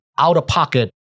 out-of-pocket